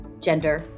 gender